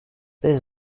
this